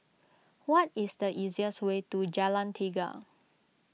what is the easiest way to Jalan Tiga